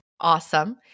Awesome